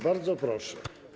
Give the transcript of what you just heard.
Bardzo proszę.